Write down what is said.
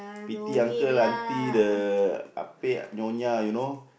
pity uncle aunty the Ah-Pek Nyonya you know